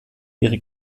ihre